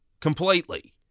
Completely